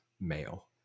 male